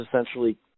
essentially